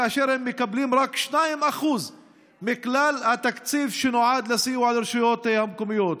כאשר הם מקבלים רק 2% מכלל התקציב שנועד לסיוע לרשויות המקומיות.